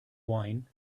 wine